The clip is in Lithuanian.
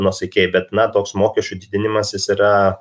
nuosaikiai bet na toks mokesčių didinimas jis yra